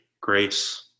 grace